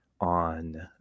on